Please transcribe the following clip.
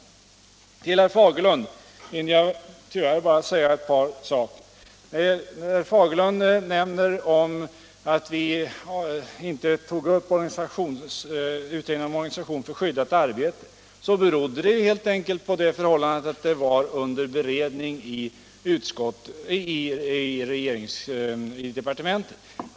Till herr Fagerlund hinner jag tyvärr bara säga ett par saker. Herr Fagerlund nämnde att vi inte tagit upp utredningen om organisationen för skyddat arbete. Det berodde helt enkelt på att den frågan är under beredning i departementet.